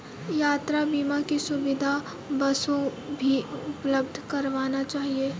यात्रा बीमा की सुविधा बसों भी उपलब्ध करवाना चहिये